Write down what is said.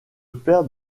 père